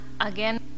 again